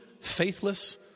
faithless